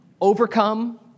overcome